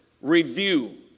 review